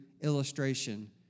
illustration